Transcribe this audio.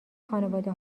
خانواده